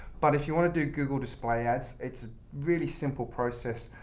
but if you want to do google display ads, it's a really simple process,